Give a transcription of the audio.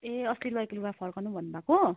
ए अस्ति लगेको लुगा फर्काउनु भन्नु भएको